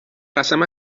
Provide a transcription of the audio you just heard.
قسم